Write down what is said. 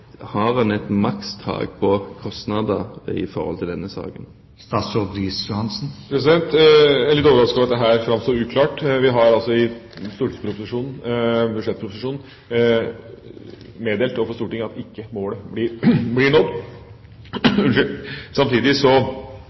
har en et makstak på kostnader i forbindelse med denne saken? Jeg er litt overrasket over at dette framstår som uklart. Vi har altså i budsjettproposisjonen meddelt overfor Stortinget at målet ikke blir nådd. Samtidig